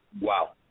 Wow